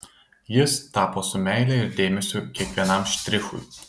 jis tapo su meile ir dėmesiu kiekvienam štrichui